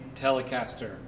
telecaster